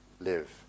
live